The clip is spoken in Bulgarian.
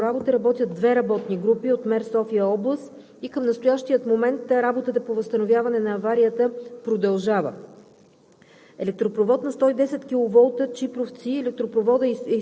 Впоследствие за отстраняване на аварията и възстановяване на нормалната му работа работят две работни групи от МЕР София област. И към настоящия момент работата по възстановяване на аварията продължава.